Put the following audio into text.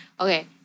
Okay